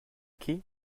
qui